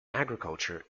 agriculture